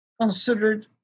considered